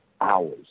hours